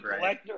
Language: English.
right